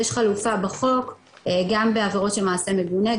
יש חלוקה בחוק גם בעבירות של מעשה מגונה,